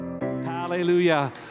Hallelujah